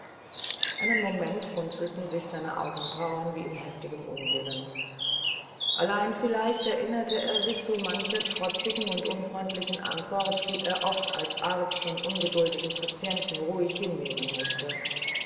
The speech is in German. einen moment runzelten sich seine augenbrauen wie in heftigem unwillen allein vielleicht erinnerte er sich so mancher trotzigen und unfreundlichen antwort die er oft als arzt von ungeduldigen patienten ruhig hinnehmen mußte